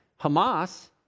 Hamas